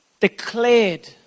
declared